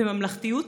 בממלכתיות ובאחריות,